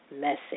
message